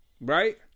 Right